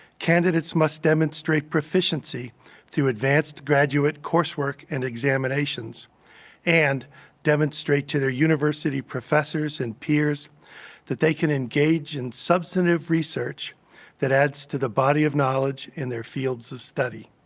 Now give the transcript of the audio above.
candidates must demonstrate proficiency through advanced graduate course work and examinations and demonstrate to their university professors and peers that they can engage in substantive research that adds to the body of knowledge in their fields of study.